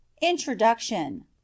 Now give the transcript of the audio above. Introduction